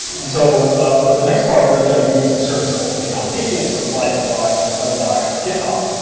and so for the next part we're going to use a service called github pages provide by provide by github,